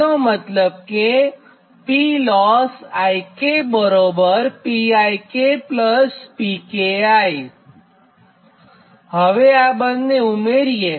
તેનો મતલબ કે હવે આ બંને ઉમેરીએ